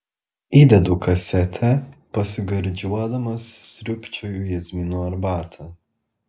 įdedu kasetę pasigardžiuodama sriubčioju jazminų arbatą